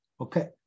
okay